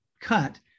cut